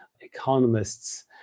economists